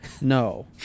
No